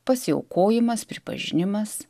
pasiaukojimas pripažinimas